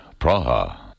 Praha